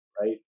Right